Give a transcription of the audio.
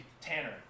Tanner